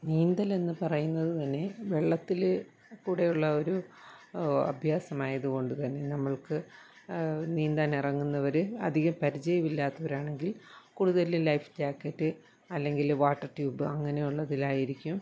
നീന്തലെന്നു പറയുന്നതു തന്നെ വെള്ളത്തിൽ കൂടെയുള്ള ഒരു അഭ്യാസമായതു കൊണ്ടു തന്നെ നമ്മൾക്ക് നീന്താൻ ഇറങ്ങുന്നവർ അധികം പരിചയമില്ലാത്തവരാണെങ്കിൽ കൂടുതൽ ലൈഫ് ജാക്കറ്റ് അല്ലെങ്കിൽ വാട്ടർ ട്യൂബ് അങ്ങനെയുള്ളതിലായിരിക്കും